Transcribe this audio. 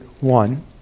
one